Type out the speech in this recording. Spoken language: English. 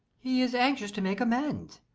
he is anxious to make amends.